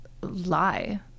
lie